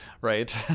right